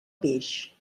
peix